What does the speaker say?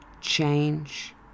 change